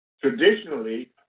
traditionally